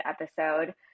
episode